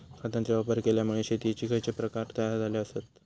खतांचे वापर केल्यामुळे शेतीयेचे खैचे प्रकार तयार झाले आसत?